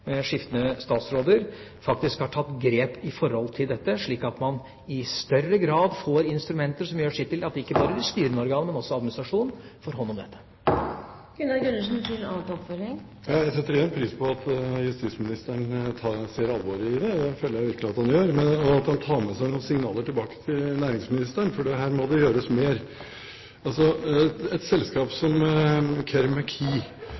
skiftende statsråder faktisk har tatt grep i forhold til dette, slik at man i større grad får instrumenter som gjør sitt til at ikke bare de styrende organer, men også administrasjonen får hånd om dette. Igjen: Jeg setter pris på at justisministeren ser alvoret i dette – det føler jeg virkelig at han gjør – og at han tar med seg noen signaler tilbake til næringsministeren, for her må det gjøres mer. Et selskap